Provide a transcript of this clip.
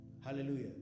Hallelujah